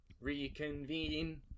reconvene